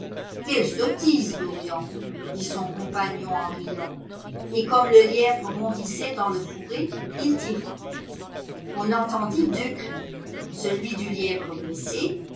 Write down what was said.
quelle sottise dorian dit son compagnon en riant et comme le lièvre bondissait dans le fourré il tira on entendit deux cris celui du lièvre blessé